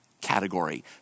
category